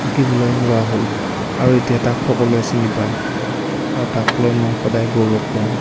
আঁকিবলৈ লোৱা হ'ল আৰু এতিয়া তাক সকলোৱে চিনি পায় আৰু তাক লৈ মই সদায় গৌৰৱ কৰোঁ